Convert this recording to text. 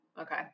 Okay